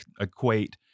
equate